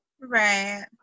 Right